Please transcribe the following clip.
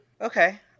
Okay